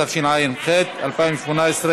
התשע"ח 2018,